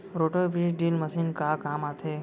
Roto बीज drill machine का काम आथे?